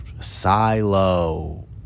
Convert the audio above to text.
Silo